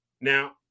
Now